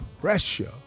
Pressure